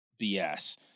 BS